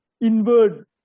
inward